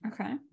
okay